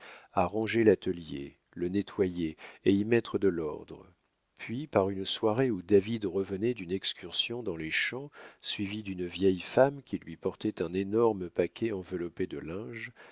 ranger l'atelier le nettoyer et y mettre de l'ordre puis par une soirée où david revenait d'une excursion dans les champs suivi d'une vieille femme qui lui portait un énorme paquet enveloppé de linges